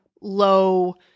low